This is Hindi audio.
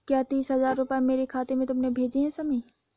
क्या तीस हजार रूपए मेरे खाते में तुमने भेजे है शमी?